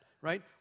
right